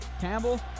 Campbell